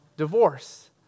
divorce